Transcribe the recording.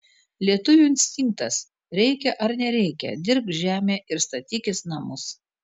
lietuvių instinktas reikia ar nereikia dirbk žemę ir statykis namus